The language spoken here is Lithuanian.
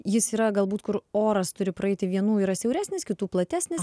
jis yra galbūt kur oras turi praeiti vienų yra siauresnis kitų platesnis